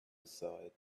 aside